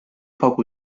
poco